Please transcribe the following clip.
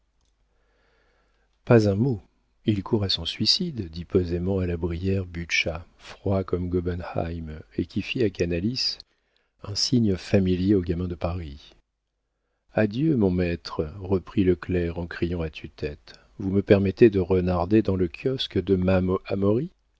pas un mot il court à son suicide dit posément à la brière butscha froid comme gobenheim et qui fit à canalis un signe familier aux gamins de paris adieu mon maître reprit le clerc en criant à tue-tête vous me permettez de renarder dans le kiosque de